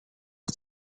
for